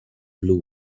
blue